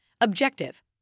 Objective